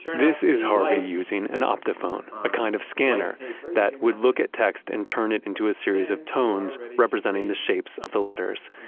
this is harvey using an optophone, a kind of scanner that would look at text and turn it into a series of tones, representing the shapes of the letters.